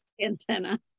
Antenna